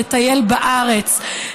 לטייל בארץ,